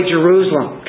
Jerusalem